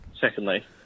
secondly